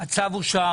יבוא "151.4%".